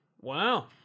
wow